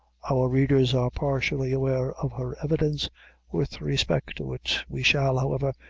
our readers are partially aware of her evidence with respect to it. we shall, however,